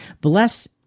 bless